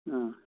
ꯑꯥ